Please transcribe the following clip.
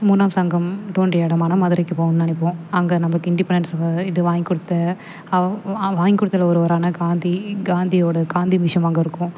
மூணாம் சங்கம் தோன்றிய இடமான மதுரைக்கு போகணுன்னு நினைப்போம் அங்கே நம்மக்கு இண்டிபெண்டன்ஸ் இது வாங்கி கொடுத்து வாங்கி கொடுத்ததுல ஒரு அண்ணா காந்தி காந்தியோடய காந்தி மியூசியம் அங்கே இருக்கும்